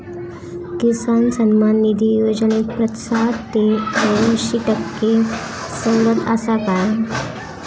किसान सन्मान निधी योजनेत पन्नास ते अंयशी टक्के सवलत आसा काय?